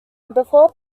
before